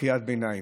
קריאת ביניים.